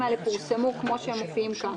האלה פורסמו כמו שהם מופיעים כאן.